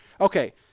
okay